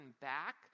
back